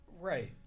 right